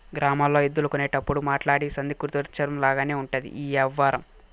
గ్రామాల్లో ఎద్దులు కొనేటప్పుడు మాట్లాడి సంధి కుదర్చడం లాగానే ఉంటది ఈ యవ్వారం